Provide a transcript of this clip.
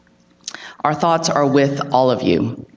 our thoughts are with all of you.